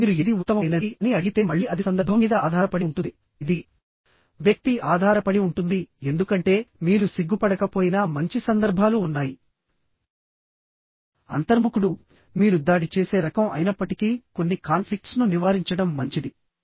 ఇప్పుడు మీరు ఏది ఉత్తమమైనది అని అడిగితే మళ్ళీ అది సందర్భం మీద ఆధారపడి ఉంటుంది ఇది వ్యక్తి ఆధారపడి ఉంటుంది ఎందుకంటే మీరు సిగ్గుపడకపోయినా మంచి సందర్భాలు ఉన్నాయిఅంతర్ముఖుడు మీరు దాడి చేసే రకం అయినప్పటికీ కొన్ని కాన్ఫ్లిక్ట్స్ ను నివారించడం మంచిది